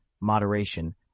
moderation